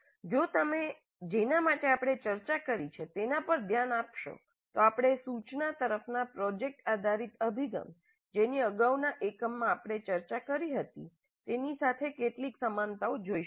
જો તમે જેના માટે આપણે ચર્ચા કરી છે તેના પર ધ્યાન આપશો તો આપણે સૂચના તરફના પ્રોજેક્ટ આધારિત અભિગમ જેની અગાઉના એકમમાં આપણે ચર્ચા કરી હતી તેની સાથે કેટલીક સમાનતાઓ જોઈ શકીએ